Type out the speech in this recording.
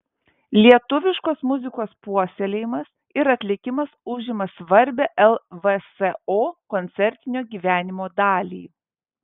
lietuviškos muzikos puoselėjimas ir atlikimas užima svarbią lvso koncertinio gyvenimo dalį